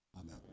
Amen